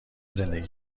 زندگی